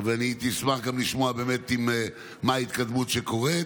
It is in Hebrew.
אשמח גם לשמוע באמת מה ההתקדמות שקורית.